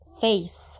face